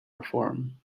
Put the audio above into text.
reform